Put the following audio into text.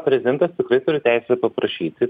prezidentas tikrai turi teisę paprašyti